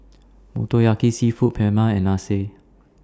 Motoyaki Seafood Paella and Lasagne